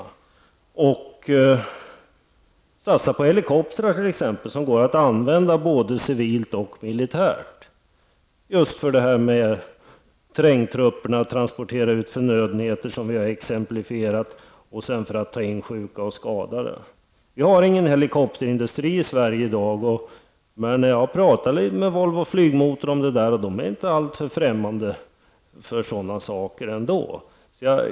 Vi kan t.ex. satsa på helikoptrar, som går att använda både civilt och militärt, för att trängtrupperna skall kunna transportera ut förnödenheter, såsom vi har exemplifierat, och ta in sjuka och skadade. Vi har i dag ingen helikopterindustri i Sverige. Men jag har talat litet med Volvo Flygmotor om detta, och där är man inte alltför främmande för sådana här lösningar.